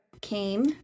came